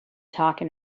talking